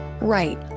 Right